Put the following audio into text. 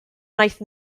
wnaeth